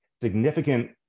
significant